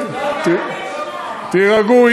תירגעו,